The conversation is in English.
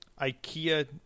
IKEA